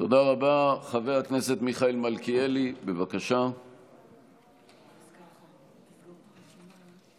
ובחברה הערבית בפרט, מספר ההרוגים, חיסולים,